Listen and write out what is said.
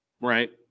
right